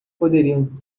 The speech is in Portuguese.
poderiam